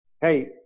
Hey